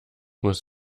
muss